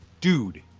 Dude